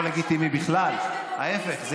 לא לגיטימי בכלל, ההפך.